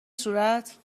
صورت